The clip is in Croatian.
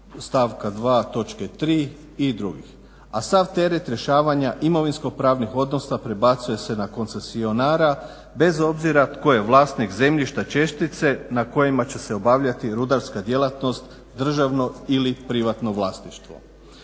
točke 3. i dr. a sav teret rješavanja imovinsko pravnih odnosa prebacuje se na koncesionara bez obzira tko je vlasnik zemljišta, čestice na kojima će se obavljati rudarska djelatnost, državno ili privatno vlasništvo.